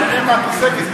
שתיהנה מהכיסא,